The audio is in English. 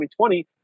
2020